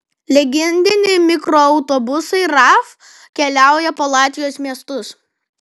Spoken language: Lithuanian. legendiniai mikroautobusai raf keliauja po latvijos miestus